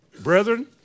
brethren